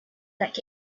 like